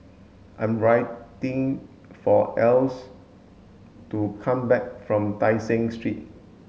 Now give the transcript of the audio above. I'm writing for Else to come back from Tai Seng Street